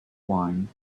wine